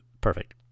perfect